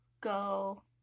go